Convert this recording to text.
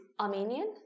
Armenian